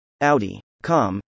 Audi.com